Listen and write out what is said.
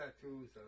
tattoos